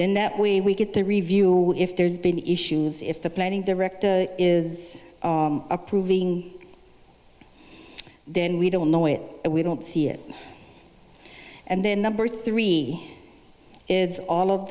then that we get to review if there's been issues if the planning director is approving then we don't know it we don't see it and then number three is all of